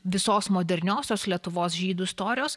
visos moderniosios lietuvos žydų istorijos